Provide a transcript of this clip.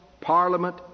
Parliament